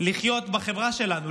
לחיות בחברה שלנו,